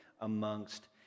amongst